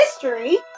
history